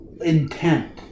intent